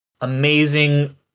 amazing